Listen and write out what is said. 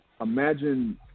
imagine